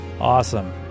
Awesome